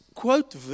quote